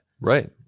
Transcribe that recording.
Right